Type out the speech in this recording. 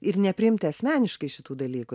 ir nepriimti asmeniškai šitų dalykų